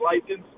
license